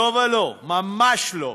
לא ולא, ממש לא.